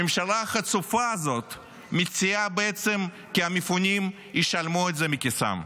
הממשלה החצופה הזאת מציעה בעצם כי המפונים ישלמו את זה מכיסם.